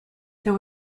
there